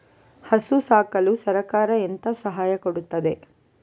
ಹಸು ಸಾಕಲು ಸರಕಾರ ಎಂತ ಸಹಾಯ ಕೊಡುತ್ತದೆ?